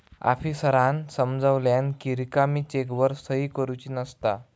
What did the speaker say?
आफीसरांन समजावल्यानं कि रिकामी चेकवर सही करुची नसता